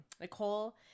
Nicole